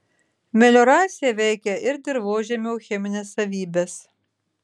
melioracija veikia ir dirvožemio chemines savybes